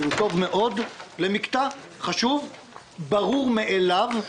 והוא טוב מאוד למקטע חשוב, ברור מאליו,